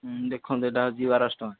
ଦେଖନ୍ତୁ ଏଇଟା ହେଉଛି ବାରଶହ ଟଙ୍କା